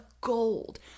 gold